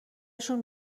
شون